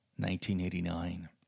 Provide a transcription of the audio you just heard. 1989